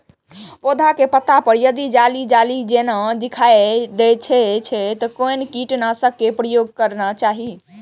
पोधा के पत्ता पर यदि जाली जाली जेना दिखाई दै छै छै कोन कीटनाशक के प्रयोग करना चाही?